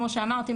כמו שאמרתי,